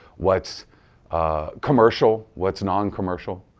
what's commercial what's non-commercial,